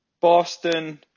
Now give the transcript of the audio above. Boston